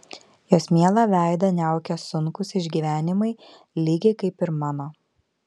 jos mielą veidą niaukia sunkūs išgyvenimai lygiai kaip ir mano